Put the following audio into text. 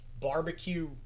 barbecue